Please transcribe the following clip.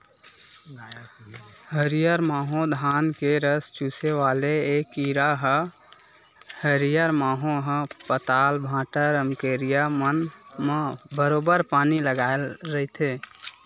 हरियर माहो धान के रस चूसे वाले ऐ कीरा ह हरियर माहो ह पताल, भांटा, रमकरिया मन म बरोबर बानी लगाय रहिथे